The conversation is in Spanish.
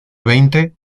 veinte